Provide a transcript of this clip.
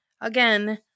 again